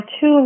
two